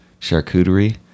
Charcuterie